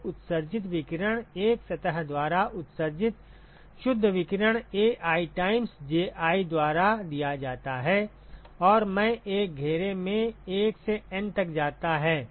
तो उत्सर्जित विकिरण एक सतह द्वारा उत्सर्जित शुद्ध विकिरण Ai टाइम्स Ji द्वारा दिया जाता है और मैं एक घेरे में 1 से N तक जाता है